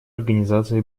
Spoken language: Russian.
организации